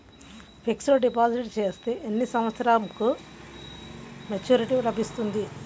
Fixed deposit చేస్తే ఎన్ని సంవత్సరంకు మెచూరిటీ లభిస్తుంది?